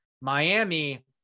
Miami